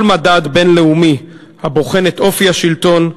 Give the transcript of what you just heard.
כל מדד בין-לאומי הבוחן את אופי השלטון,